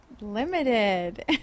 limited